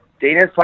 Dana's